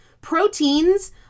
proteins